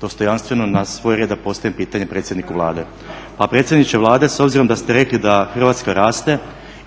dostojanstveno na svoj red da postavim pitanje predsjedniku Vlade. Pa predsjedniče Vlade, s obzirom da ste rekli da Hrvatska raste